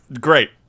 Great